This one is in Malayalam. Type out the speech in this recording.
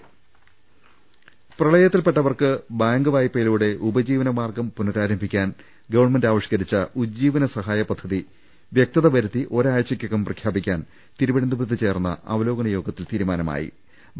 രുട്ടിട്ട്ട്ട്ട്ട്ട്ട്ട പ്രളയത്തിൽപ്പെട്ടവർക്ക് ബാങ്ക് വായ്പയിലൂടെ ഉപജീവന മാർഗ്ഗം പുന രാരംഭിക്കാൻ ഗവൺമെന്റ് ആവിഷ്ക്കരിച്ചു ഉജ്ജീവന സഹായ പദ്ധതി വ്യക്തതവരുത്തി ഒരാഴ്ചക്കകം പ്രഖ്യാപിക്കാൻ തിരുവനന്തപുരത്ത് ചേർന്ന അവലോകന യോഗത്തിൽ തീരുമാനമായി